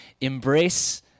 embrace